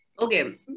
okay